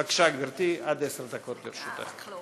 בבקשה, גברתי, עד עשר דקות לרשותך.